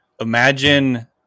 imagine